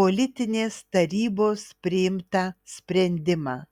politinės tarybos priimtą sprendimą